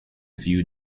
few